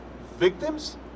victims